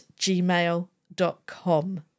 gmail.com